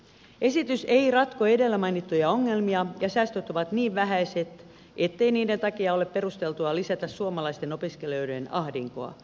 esitys ei ratko edellä mainittuja ongelmia ja säästöt ovat niin vähäiset ettei niiden takia ole perusteltua lisätä suomalaisten opiskelijoiden ahdinkoa